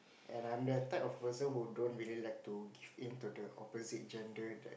and I'm that type of person who don't really like to give in to the opposite gender that